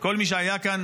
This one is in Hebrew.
כל מי שהיה כאן